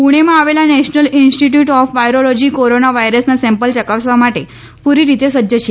પૂણેમાં આવેલા national institute of virology corona વાયરસના સેમ્પલ ચકાસવા માટે પૂરી રીતે સજ્જ છે